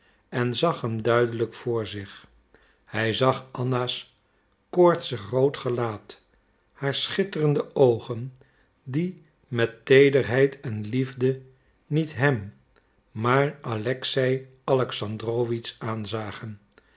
en zag hem duidelijk voor zich hij zag anna's koortsig rood gelaat haar schitterende oogen die met teederheid en liefde niet hem maar alexei alexandrowitsch aanzagen